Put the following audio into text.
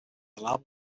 allowed